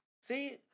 see